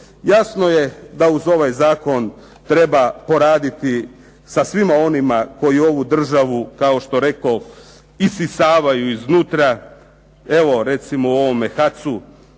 Jasno je da uz ovaj zakon treba poraditi sa svima onima koji ovu državu kao što rekoh isisavaju iznutra. Evo recimo u ovome